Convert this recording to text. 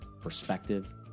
perspective